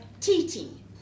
Titi